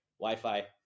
Wi-Fi